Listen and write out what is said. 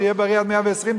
שיהיה בריא עד מאה-ועשרים,